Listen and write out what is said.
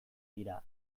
dira